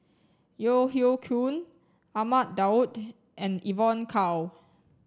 Yeo Hoe Koon Ahmad Daud and Evon Kow